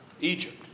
Egypt